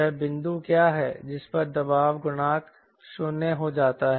वह बिंदु क्या है जिस पर दबाव गुणांक 0 हो जाता है